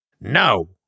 No